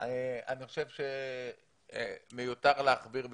אני חושב שמיותר להכביר מלים.